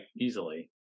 easily